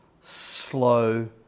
slow